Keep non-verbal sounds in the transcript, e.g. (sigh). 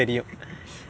(laughs)